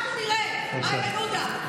אנחנו נראה, איימן עודה.